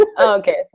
Okay